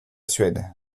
suède